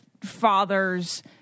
father's